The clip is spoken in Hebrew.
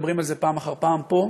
מדברים על זה פעם אחר פעם פה,